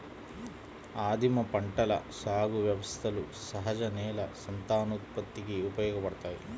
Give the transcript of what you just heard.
ఆదిమ పంటల సాగు వ్యవస్థలు సహజ నేల సంతానోత్పత్తికి ఉపయోగపడతాయి